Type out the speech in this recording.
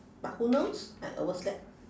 but who knows I overslept